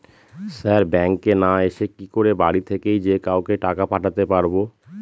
Sir ব্যাঙ্কে না এসে কি করে বাড়ি থেকেই যে কাউকে টাকা পাঠাতে পারবো?